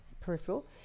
peripheral